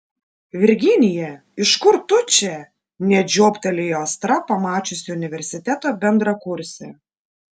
virginija iš kur tu čia net žioptelėjo astra pamačiusi universiteto bendrakursę